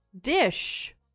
dish